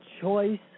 Choice